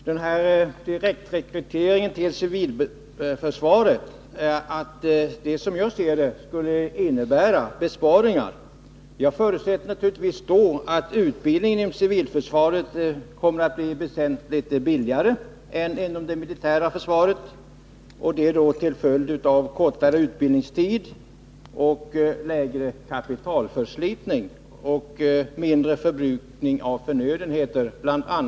Herr talman! Direktrekryteringen till civilförsvaret skulle, som jag ser det, innebära besparingar. Jag förutsätter naturligtvis då att utbildningen inom civilförsvaret kommer att bli väsentligt billigare än inom det militära försvaret till följd av kortare utbildningstid, lägre kapitalförslitning och mindre förbrukning av förnödenheter. BI.